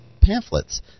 pamphlets